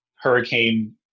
hurricane